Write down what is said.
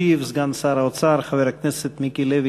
סגן שר האוצר חבר הכנסת מיקי לוי,